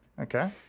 Okay